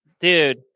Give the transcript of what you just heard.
dude